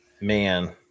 man